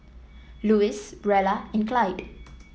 Louis Rella and Clyde